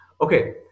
okay